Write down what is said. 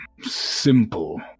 Simple